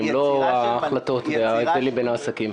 לא ההחלטות וההבדלים בין העסקים.